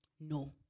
no